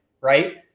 right